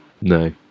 No